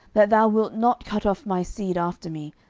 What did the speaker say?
that thou wilt not cut off my seed after me,